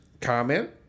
comment